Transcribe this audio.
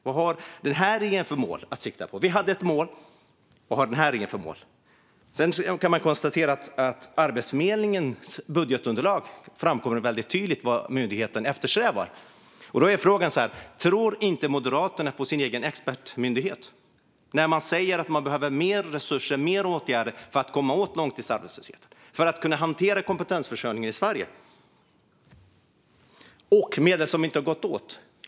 Vad har regeringen för mål att sikta på? Vi hade ett mål. Vad har regeringen för mål? Sedan kan man konstatera att av Arbetsförmedlingens budgetunderlag framkommer det väldigt tydligt vad myndigheten eftersträvar. Frågan är: Tror inte Moderaterna på sin egen expertmyndighet? Den säger att man behöver mer resurser och fler åtgärder för att komma åt långtidsarbetslösheten och kunna hantera kompetensförsörjningen i Sverige. Sedan gäller det de medel som inte har gått åt.